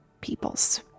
peoples